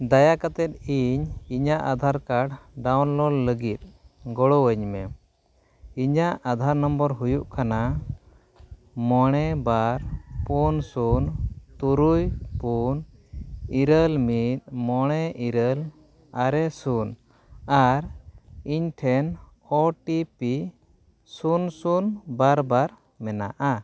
ᱫᱟᱭᱟ ᱠᱟᱛᱮᱫ ᱤᱧ ᱤᱧᱟᱹᱜ ᱟᱫᱷᱟᱨ ᱠᱟᱨᱰ ᱰᱟᱣᱩᱱᱞᱳᱰ ᱞᱟᱹᱜᱤᱫ ᱜᱚᱲᱚᱣᱟᱹᱧ ᱢᱮ ᱤᱧᱟᱹᱜ ᱟᱫᱷᱟᱨ ᱱᱟᱢᱵᱟᱨ ᱦᱩᱭᱩᱜ ᱠᱟᱱᱟ ᱢᱚᱬᱮ ᱵᱟᱨ ᱯᱩᱱ ᱥᱩᱱ ᱛᱩᱨᱩᱭ ᱯᱩᱱ ᱤᱨᱟᱹᱞ ᱢᱤᱫ ᱢᱚᱬᱮ ᱤᱨᱟᱹᱞ ᱟᱨᱮ ᱥᱩᱱ ᱟᱨ ᱤᱧᱴᱷᱮᱱ ᱳ ᱴᱤ ᱯᱤ ᱥᱩᱱ ᱥᱩᱱ ᱵᱟᱨ ᱵᱟᱨ ᱢᱮᱱᱟᱜᱼᱟ